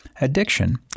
Addiction